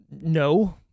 No